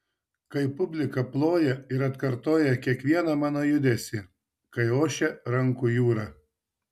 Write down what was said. kai publika ploja ir atkartoja kiekvieną mano judesį kai ošia rankų jūra